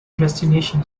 destination